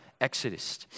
Exodus